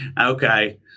Okay